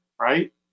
right